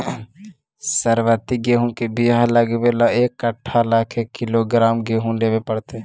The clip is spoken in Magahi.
सरबति गेहूँ के बियाह लगबे ल एक कट्ठा ल के किलोग्राम गेहूं लेबे पड़तै?